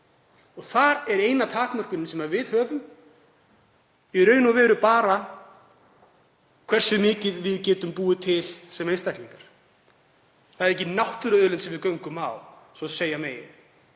Þar er eina takmörkunin sem við höfum í raun og veru bara hversu mikið við getum búið til sem einstaklingar, það er engin náttúruauðlind sem við göngum á svo að segja megi,